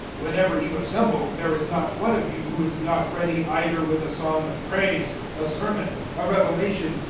whenever you assemble, there is not one of you who is not ready either with a song of praise, a sermon, a revelation,